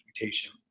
mutation